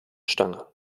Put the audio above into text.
stange